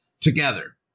together